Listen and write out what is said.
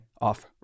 off